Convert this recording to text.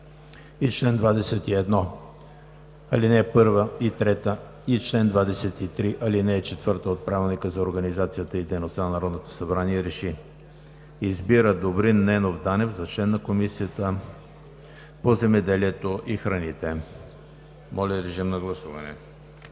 и чл. 21, ал. 1 и 3, и чл. 23, ал. 4 от Правилника за организацията и дейността на Народното събрание РЕШИ: Избира Добрин Ненов Данев за член на Комисията по земеделието и храните.“ Моля, режим на гласуване.